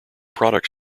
product